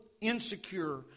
insecure